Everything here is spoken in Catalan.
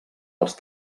els